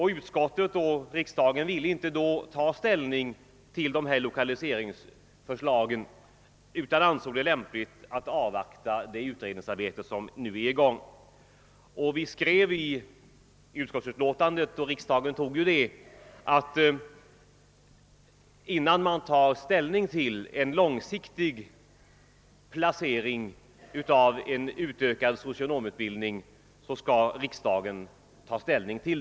Utskottet och kamrarna ville inte då ta ställning till dessa lokaliseringsförslag utan ansåg det lämpligt att avvakta det utredningsarbete som nu är. i gång. Vi skrev i utskottsutlåtandet — och riksdagen godtog ju det — att innan ställning tas till en långsiktig placering av en utökad socionomutbildning skall riksdagen få yttra sig.